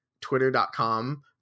Twitter.com